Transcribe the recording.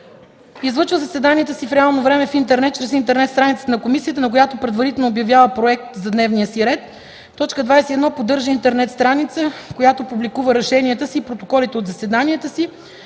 излъчва заседанията си в реално време в интернет чрез интернет страницата на комисията, на която предварително обявява проект за дневния си ред; 21. поддържа интернет страница, в която публикува решенията си и протоколите от заседанията си;